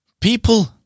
people